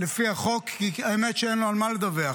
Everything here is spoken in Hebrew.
לפי החוק, כי האמת היא שאין על מה לדווח.